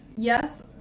Yes